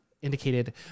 indicated